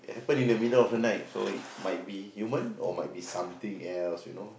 happen in the middle of the night so it might be human or something else you know